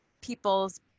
people's